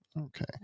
Okay